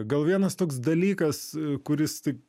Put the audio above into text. gal vienas toks dalykas kuris taip